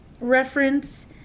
reference